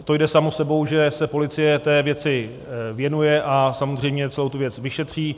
To jde samo sebou, že se policie té věci věnuje a samozřejmě celou tu věc vyšetří.